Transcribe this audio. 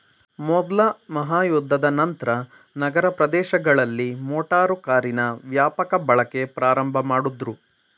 ಮೊದ್ಲ ಮಹಾಯುದ್ಧದ ನಂತ್ರ ನಗರ ಪ್ರದೇಶಗಳಲ್ಲಿ ಮೋಟಾರು ಕಾರಿನ ವ್ಯಾಪಕ ಬಳಕೆ ಪ್ರಾರಂಭಮಾಡುದ್ರು